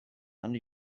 and